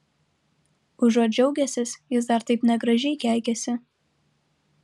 užuot džiaugęsis jis dar taip negražiai keikiasi